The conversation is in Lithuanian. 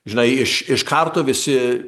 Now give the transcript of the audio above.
žinai iš iš karto visi